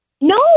No